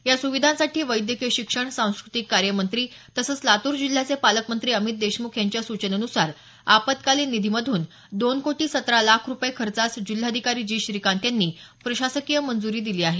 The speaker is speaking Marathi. या सुविधांसाठी वैद्यकीय शिक्षण सांस्कृतिक कार्य मंत्री तसंच लातूर जिल्ह्याचे पालकमंत्री अमित देशमुख यांच्या सुचनेनुसार आपत्कालीन निधीमधून दोन कोटी सतरा लाख रुपये खर्चास जिल्हाधिकारी जी श्रीकांत यांनी प्रशासकीय मंजूरी दिली आहे